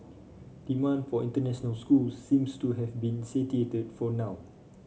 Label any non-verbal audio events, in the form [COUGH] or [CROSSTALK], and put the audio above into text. demand for international schools seems to have been [UNINTELLIGIBLE] for now